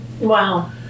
Wow